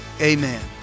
amen